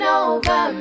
over